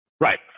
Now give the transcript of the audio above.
Right